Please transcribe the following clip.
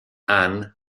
ann